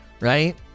right